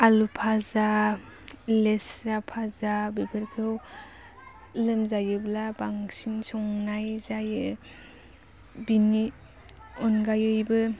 आलु फाजा लेस्रा फाजा बेफोरखौ लोमजायोब्ला बांसिन संनाय जायो बेनि अनगायैबो